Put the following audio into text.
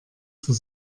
zur